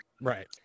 Right